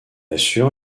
assure